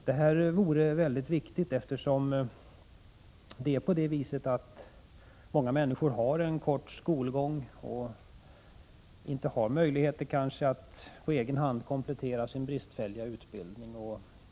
Det här vore väldigt viktigt, eftersom många människor haft en kort skolgång och kanske inte har möjlighet att på egen hand komplettera sin bristfälliga utbildning.